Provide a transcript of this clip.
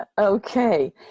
okay